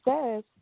says